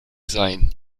sein